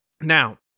Now